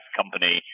company